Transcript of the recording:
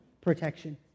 protection